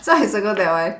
so I circle that one